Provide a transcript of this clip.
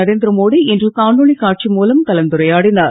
நரேந்திரமோடி இன்று காணொளி காட்சி மூலம் கலந்துரையாடினார்